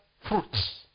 fruits